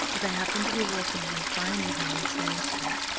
as i happened to be walking one fine evening in sloane-street,